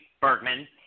Bergman